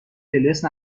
الیاس